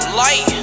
light